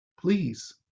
Please